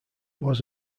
was